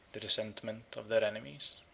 the resentment of their enemies.